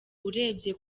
urebye